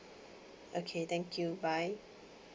okay thank you bye